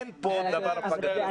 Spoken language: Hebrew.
אין כאן דבר הפגתי.